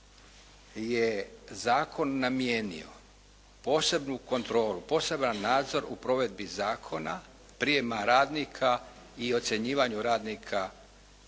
je zakon namijenio posebnu kontrolu, poseban nadzor u provedbi zakona, prijema radnika i ocjenjivanju radnika